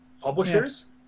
Publishers